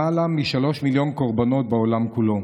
למעלה משלושה מיליון קורבנות בעולם כולו.